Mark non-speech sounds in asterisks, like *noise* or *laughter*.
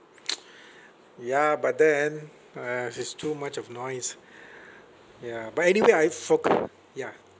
*noise* ya but then !aiya! it's too much of noise ya but anyway I focu~ ya